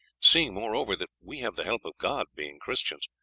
seeing moreover that we have the help of god, being christians,